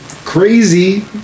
crazy